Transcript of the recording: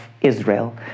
Israel